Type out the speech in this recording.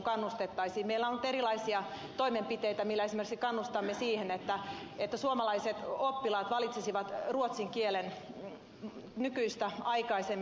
meillä on nyt erilaisia toimenpiteitä joilla esimerkiksi kannustamme siihen että suomalaiset oppilaat valitsisivat ruotsin kielen nykyistä aikaisemmin